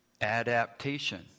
Adaptation